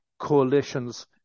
coalitions